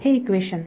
हे इक्वेशन